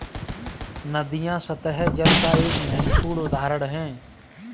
नदियां सत्तह जल का एक महत्वपूर्ण उदाहरण है